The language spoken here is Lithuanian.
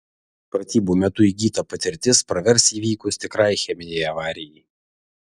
pratybų metu įgyta patirtis pravers įvykus tikrai cheminei avarijai